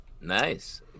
Nice